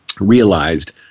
realized